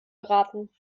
geraten